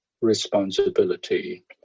responsibility